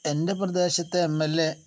എൻ്റെ പ്രദേശത്തെ M L A